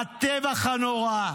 הטבח הנורא,